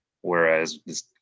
whereas